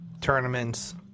tournaments